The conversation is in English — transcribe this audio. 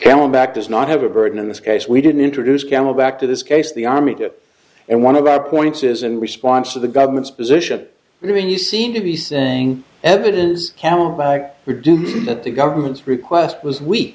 him back does not have a burden in this case we didn't introduce camelback to this case the army did and one of our points is in response to the government's position when you seem to be saying evidence is count by reducing that the government's request was weak